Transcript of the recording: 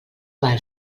val